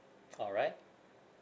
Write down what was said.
all right